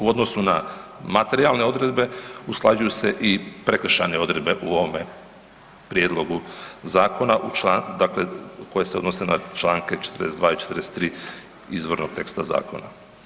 U odnosu na materijalne odredbe, usklađuju se i prekršajne odredbe u ovome prijedlogu zakona koje se odnose na čl. 42. i 43. izvornog teksta zakona.